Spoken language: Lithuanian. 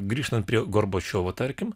grįžtant prie gorbačiovo tarkim